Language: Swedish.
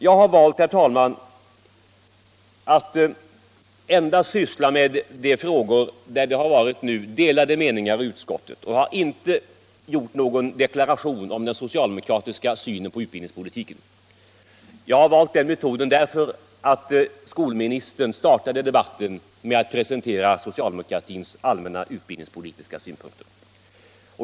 Jag har valt, herr talman, att endast syssla med de frågor där det rådde delade meningar i utskottet och jag har inte gjort någon deklaration om den socialdemokratiska synen på utbildningspolitiken. Jag har valt den metoden därför att skolministern startade debatten med att presentera socialdemokratins allmänna utbildningspolitiska synpunkter.